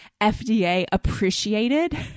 FDA-appreciated